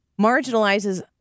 marginalizes